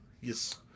Yes